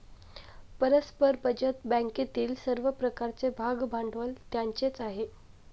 परस्पर बचत बँकेतील सर्व प्रकारचे भागभांडवल त्यांचेच आहे